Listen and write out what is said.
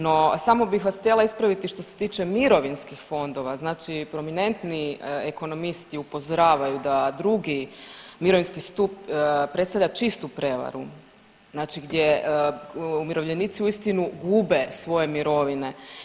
No samo bih vas htjela ispraviti što se tiče mirovinskih fondova, znači prominentniji ekonomisti upozoravaju da drugi mirovinski stup predstavlja čistu prevaru, znači gdje umirovljenici uistinu gube svoje mirovine.